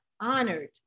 honored